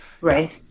Right